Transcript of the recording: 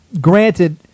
Granted